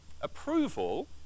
Approval